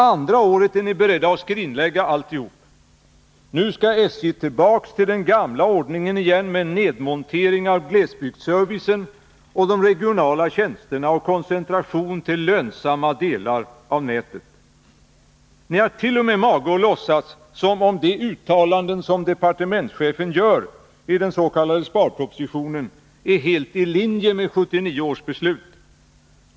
Andra året är ni beredda att skrinlägga alltihop. Nu skall SJ tillbaks till den gamla ordningen igen med nedmontering av glesbygdsservice och regionala tjänster och koncentration till de lönsamma delarna av nätet. Ni hart.o.m. mage att låtsas som om de uttalanden som departementschefen göridens.k. sparpropositionen är helt i linje med 1979 års beslut.